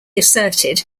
asserted